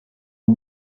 you